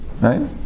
Right